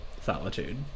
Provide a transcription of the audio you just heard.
solitude